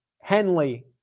Henley